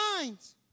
minds